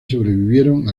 sobrevivieron